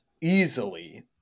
easily